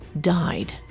died